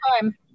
time